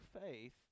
faith